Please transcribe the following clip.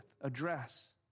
address